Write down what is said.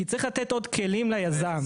כי צריך לתת עוד כלים ליזם.